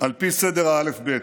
על פי סדר האל"ף-בי"ת: